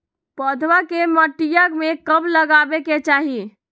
पौधवा के मटिया में कब लगाबे के चाही?